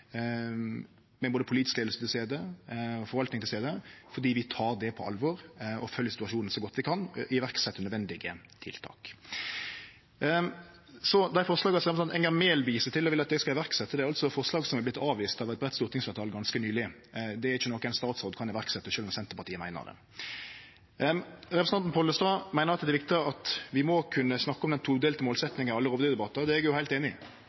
med både politisk leiing og forvaltning til stades, for vi tek det på alvor og følgjer situasjonen så godt vi kan, og set i verk nødvendige tiltak. Dei forslaga som representanten Enger Mehl viser til og vil at eg skal setje i verk, er forslag som har vorte avviste av eit breitt stortingsfleirtal ganske nyleg. Det er ikkje noko ein statsråd kan setje i verk, sjølv om Senterpartiet meiner det. Representanten Pollestad meiner det er viktig at vi må kunne snakke om den todelte målsetjinga i alle rovdyrdebattar. Det er eg heilt einig i,